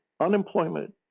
Unemployment